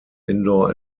indoor